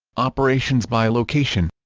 operations by location